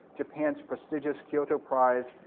japan's prestigious kyoto prize,